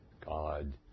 God